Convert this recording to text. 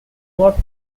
not